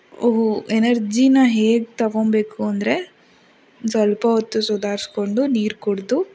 ಎನರ್ಜೀನ ಹೇಗೆ ತಗೊಬೇಕು ಅಂದರೆ ಸ್ವಲ್ಪ ಹೊತ್ತು ಸುಧಾರ್ಸ್ಕೊಂಡು ನೀರು ಕುಡಿದು